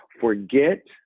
Forget